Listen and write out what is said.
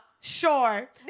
Sure